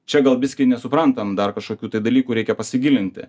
čia gal biskį nesuprantam dar kažkokių tai dalykų reikia pasigilinti